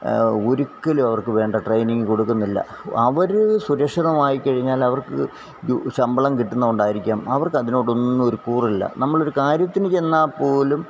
ഒരിക്കലും അവര്ക്ക് വേണ്ട ട്രെയിനിങ് കൊടുക്കുന്നില്ല അവര് സുരക്ഷിതമായിക്കഴിഞ്ഞാല് അവര്ക്ക് ശമ്പളം കിട്ടുന്നതുകൊണ്ടായിരിക്കാം അവര്ക്ക് അതിനോടൊന്നുമൊരു കൂറില്ല നമ്മളൊരു കാര്യത്തിന് ചെന്നാല്പോലും